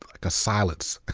like a silence.